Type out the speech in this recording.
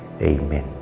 Amen